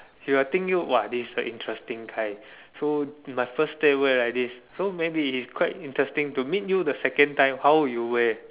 she will think you !wah! this is a interesting guy so you must first day wear like this so maybe he's quite interesting to meet you the second time how you wear